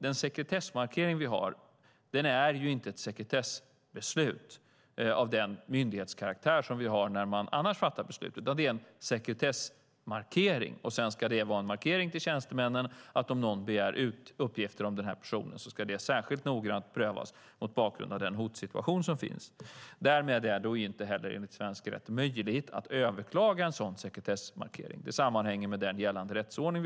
Den sekretessmarkering som finns nu är inte ett sekretessbeslut av den myndighetskaraktär som det annars är fråga om vid beslut, utan det är en sekretessmarkering. Det ska vara en markering till tjänstemännen att om någon begär ut uppgifter om personen ska begäran särskilt noggrant prövas mot bakgrund av den hotsituation som finns. Därmed är det inte heller enligt svensk rätt möjligt att överklaga en sådan sekretessmarkering. Det sammanhänger med gällande rättsordning.